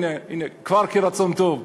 כבר כרצון טוב,